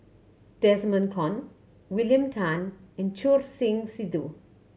Desmond Kon William Tan and Choor Singh Sidhu